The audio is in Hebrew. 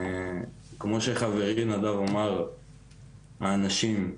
כמו שחברי נדב אמר, האנשים,